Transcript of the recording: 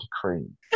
cream